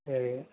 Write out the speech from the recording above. சரி